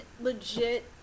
legit